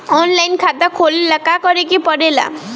Online खाता खोले ला का का करे के पड़े ला?